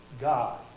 God